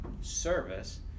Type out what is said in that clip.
service